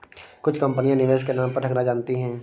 कुछ कंपनियां निवेश के नाम पर ठगना जानती हैं